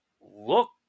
Look